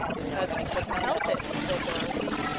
cause we couldn't help it, said dorothy.